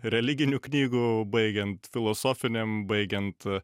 religinių knygų baigiant filosofinėm baigiant